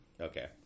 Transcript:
Okay